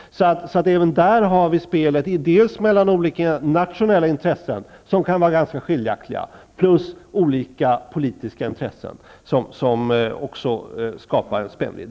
Även där är det fråga om ett spel mellan dels olika nationella intressen, som kan vara ganska skiljaktiga, dels olika politiska intressen, som också skapar en spännvidd.